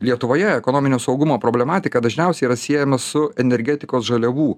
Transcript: lietuvoje ekonominio saugumo problematika dažniausiai yra siejama su energetikos žaliavų